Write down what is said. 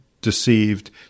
deceived